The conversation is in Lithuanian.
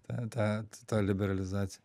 tą tą tą liberalizaciją